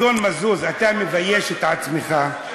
אדון מזוז, אתה מבייש את עצמך,